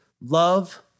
Love